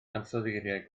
ansoddeiriau